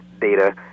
data